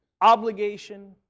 obligation